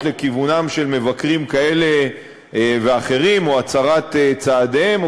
לכיוונם של מבקרים כאלה ואחרים או הצרת צעדיהם,